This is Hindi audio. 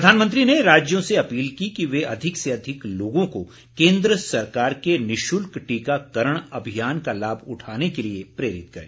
प्रधानमंत्री ने राज्यों से अपील की कि वे अधिक से अधिक लोगों को केन्द्र सरकार के निशुल्क टीकाकरण अभियान का लाभ उठाने के लिए प्रेरित करें